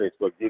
Facebook